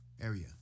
area